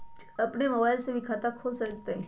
अपन मोबाइल से भी खाता खोल जताईं?